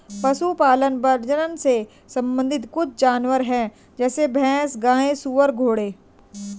पशुपालन प्रजनन से संबंधित कुछ जानवर है जैसे भैंस, गाय, सुअर, घोड़े